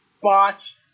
Botched